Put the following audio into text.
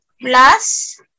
plus